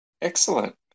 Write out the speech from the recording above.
Excellent